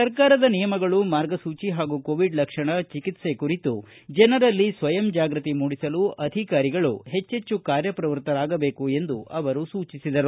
ಸರ್ಕಾರದ ನಿಯಮಗಳು ಮಾರ್ಗಸೂಚಿ ಹಾಗೂ ಕೋವಿಡ್ ಲಕ್ಷಣ ಚಿಕಿತ್ಸೆ ಕುರಿತು ಜನರಲ್ಲಿ ಸ್ವಯಂ ಜಾಗೃತಿ ಮೂಡಿಸಲು ಅಧಿಕಾರಿಗಳು ಹೆಚ್ಚೆಚ್ಚು ಕಾರ್ಯಪ್ರವೃತ್ತರಾಗಬೇಕು ಎಂದು ಸೂಚಿಸಿದರು